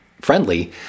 friendly